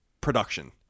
production